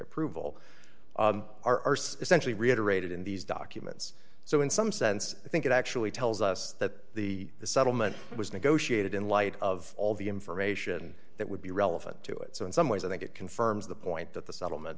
are essentially reiterated in these documents so in some sense i think it actually tells us that the settlement was negotiated in light of all the information that would be relevant to it so in some ways i think it confirms the point that the settlement